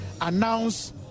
announce